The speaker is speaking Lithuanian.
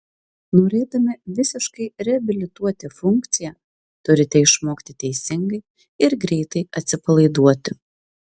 norėdami visiškai reabilituoti funkciją turite išmokti teisingai ir greitai atsipalaiduoti